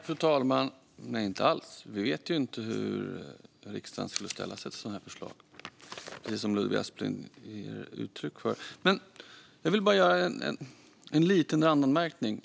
Fru talman! Nej, inte alls. Vi vet inte hur riksdagen skulle ställa sig till sådana förslag, precis som Ludvig Aspling ger uttryck för. Låt mig göra en liten randanmärkning.